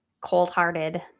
cold-hearted